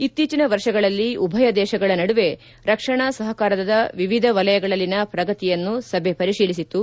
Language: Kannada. ಇತ್ತೀಚಿನ ವರ್ಷಗಳಲ್ಲಿ ಉಭಯ ದೇಶಗಳ ನಡುವೆ ರಕ್ಷಣಾ ಸಹಕಾರದ ವಿವಿಧ ವಲಯಗಳಲ್ಲಿನ ಪ್ರಗತಿಯನ್ನು ಸಭೆ ಪರಿಶೀಲಿಸಿತು